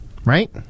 Right